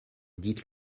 dites